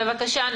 בבקשה.